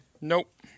Nope